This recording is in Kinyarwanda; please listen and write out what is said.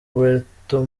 puerto